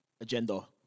Agenda